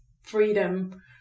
freedom